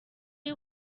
you